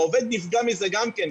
העובד נפגע מזה גם כן,